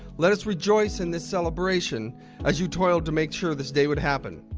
let us rejoice in this celebration as you toiled to make sure this day would happen.